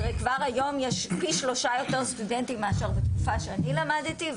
כבר היום יש פי שלושה יותר סטודנטים מאשר בתקופה שאני למדתי,